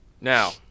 Now